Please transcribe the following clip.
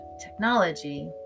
technology